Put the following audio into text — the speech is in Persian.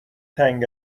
تنگ